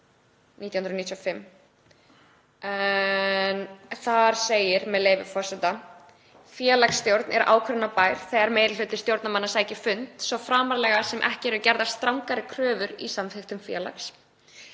en þar segir, með leyfi forseta: „Félagsstjórn er ákvörðunarbær þegar meiri hluti stjórnarmanna sækir fund, svo framarlega sem ekki eru gerðar strangari kröfur í samþykktum félags.